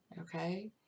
Okay